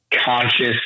conscious